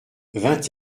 vingt